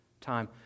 time